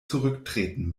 zurücktreten